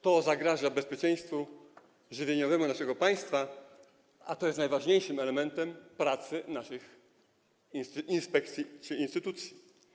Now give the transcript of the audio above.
To zagraża bezpieczeństwu żywnościowemu naszego państwa, a to jest najważniejszym elementem pracy naszych inspekcji czy instytucji.